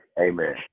Amen